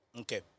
Okay